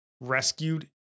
rescued